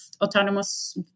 autonomous